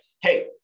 hey